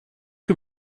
que